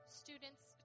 students